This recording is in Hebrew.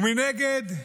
ומנגד,